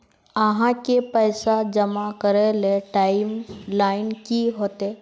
आहाँ के पैसा जमा करे ले टाइम लाइन की होते?